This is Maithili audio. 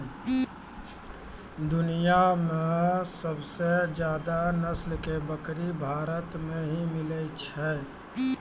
दुनिया मॅ सबसे ज्यादा नस्ल के बकरी भारत मॅ ही मिलै छै